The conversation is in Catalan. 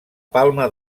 palma